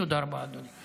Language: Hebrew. תודה רבה, אדוני.